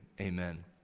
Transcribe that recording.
amen